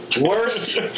worst